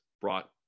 brought